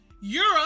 Europe